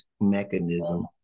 mechanism